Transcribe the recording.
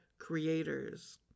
creators